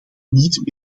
niet